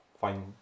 fine